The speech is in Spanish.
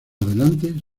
adelante